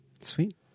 Sweet